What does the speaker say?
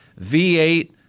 V8